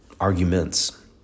arguments